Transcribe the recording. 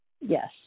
Yes